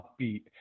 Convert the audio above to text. upbeat